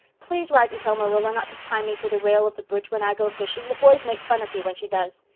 please write and tell marilla not to tie me to the rale of the bridge when i go fishing the boys make fun of me when she does.